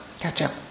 Gotcha